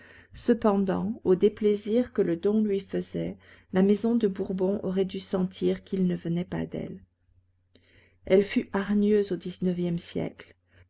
cependant au déplaisir que le don lui faisait la maison de bourbon aurait dû sentir qu'il ne venait pas d'elle elle fut hargneuse au dix-neuvième siècle